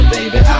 Baby